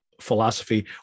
philosophy